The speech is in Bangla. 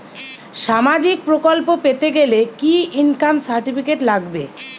সামাজীক প্রকল্প পেতে গেলে কি ইনকাম সার্টিফিকেট লাগবে?